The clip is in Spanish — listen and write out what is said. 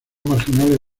marginales